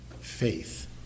faith